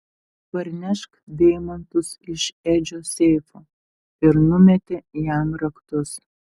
parnešk deimantus iš edžio seifo ir numetė jam raktus